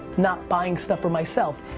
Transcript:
not buying stuff for myself.